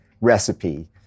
recipe